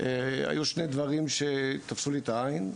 היו שני דברים שתפסו לי את העין.